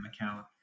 account